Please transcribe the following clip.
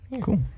Cool